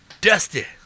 Dusty